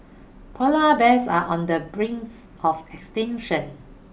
polar bears are on the brings of extinction